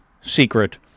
secret